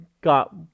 got